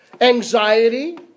anxiety